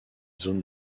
zone